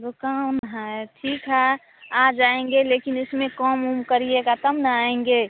दुकान है ठीक है आ जाएँगे लेकिन इसमें कम उम करिएगा तब ना आएँगे